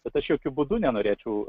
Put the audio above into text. bet aš jokiu būdu nenorėčiau